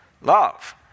Love